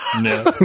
No